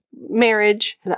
marriage